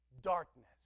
darkness